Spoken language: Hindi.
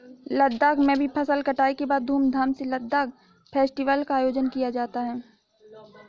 लद्दाख में भी फसल कटाई के बाद धूमधाम से लद्दाख फेस्टिवल का आयोजन किया जाता है